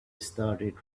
started